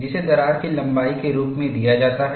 जिसे दरार की लंबाई के रूप में दिया जाता है